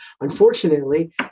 unfortunately